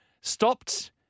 Stopped